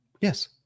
Yes